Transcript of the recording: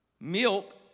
Milk